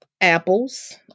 apples